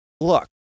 look